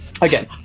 Again